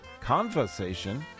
conversation